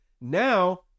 Now